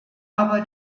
aber